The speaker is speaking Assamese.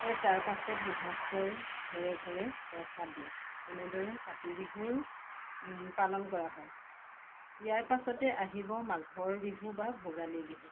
আৰু তাৰপাছত গৃহস্থৰ ঘৰে ঘৰে প্ৰসাদ দিয়ে এনেদৰে কাতিবিহুৰ পালন কৰা হয় ইয়াৰ পাছতে আহিব মাঘৰ বিহু বা ভোগালী বিহু